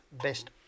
best